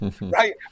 right